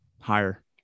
higher